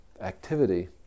activity